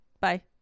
Bye